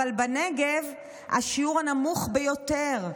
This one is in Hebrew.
אבל בנגב השיעור הנמוך ביותר,